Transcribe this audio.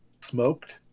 smoked